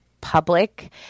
public